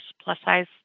plus-size